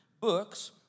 books